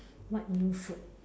what new food